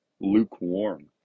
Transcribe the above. lukewarm